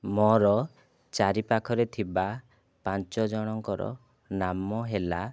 ମୋର ଚାରିପାଖରେ ଥିବା ପାଞ୍ଚ ଜଣଙ୍କର ନାମ ହେଲା